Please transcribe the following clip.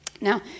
Now